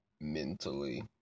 Mentally